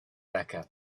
mecca